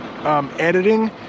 editing